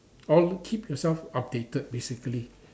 or keep yourself updated basically